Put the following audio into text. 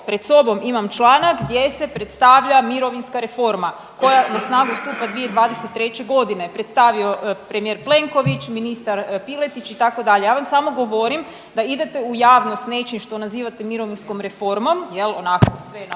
pred sobom imam članak gdje se predstavlja mirovinska reforma koja na snagu stupa 2023.g., predstavio premijer Plenković, ministar Piletić itd., ja vam samo govorim da idete u javnost s nečim što nazivate mirovinskom reformom jel onako sve na